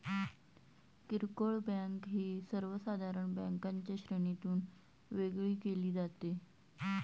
किरकोळ बँक ही सर्वसाधारण बँकांच्या श्रेणीतून वेगळी केली जाते